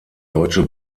deutsche